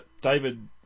David